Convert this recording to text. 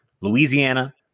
louisiana